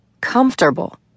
Comfortable